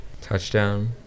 touchdown